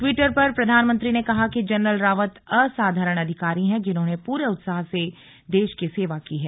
Twitter पर प्रधानमंत्री ने कहा कि जनरल रावत असाधारण अधिकारी हैं जिन्होंने पूरे उत्साह से देश की सेवा की है